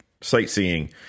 sightseeing